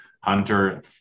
Hunter